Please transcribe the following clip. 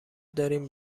داریم